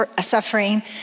suffering